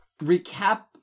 recap